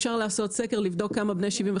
אפשר לעשות סקר לבדוק כמה בני 75